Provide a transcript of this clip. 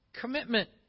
commitment